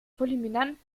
fulminanten